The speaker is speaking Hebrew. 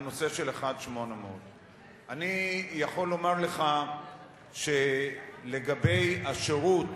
הנושא של 1-800. אני יכול לומר לך שלגבי השירות